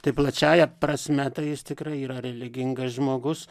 tai plačiąja prasme tai jis tikrai yra religingas žmogus